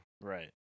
Right